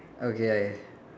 okay I